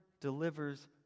delivers